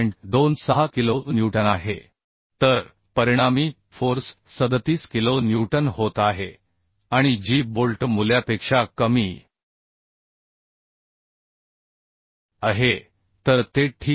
26 kilo newton आहे तर परिणामी फोर्स 37 किलो न्यूटन होत आहे आणि जी बोल्ट मूल्यापेक्षा कमी आहे तर ते ठीक आहे